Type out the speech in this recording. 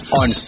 on